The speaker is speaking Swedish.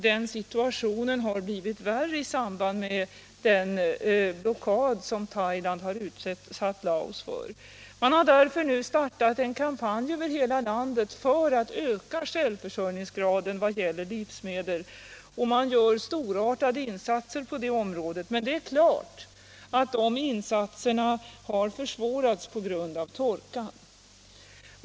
Den situationen har blivit värre i samband med den blockad som Thailand har utsatt Laos för. Man har därför nu startat en kampanj över hela landet för att öka självförsörjningsgraden vad gäller livsmedel, och man gör storartade insatser på det området. Det är dock självklart att de insatserna försvårats av torkan.